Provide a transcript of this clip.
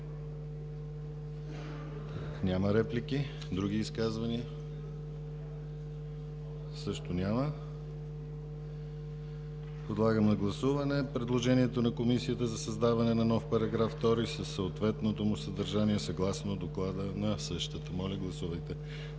Реплики? Няма. Изказвания? Също няма. Подлагам на гласуване предложението на Комисията за създаване на нов § 2 със съответното му съдържание, съгласно доклада на същата. Моля, гласувайте.